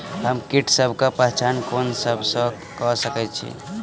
हम कीटसबक पहचान कोन रूप सँ क सके छी?